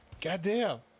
Goddamn